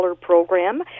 program